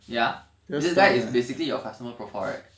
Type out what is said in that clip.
ya this guy is basically your customer profile right